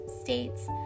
states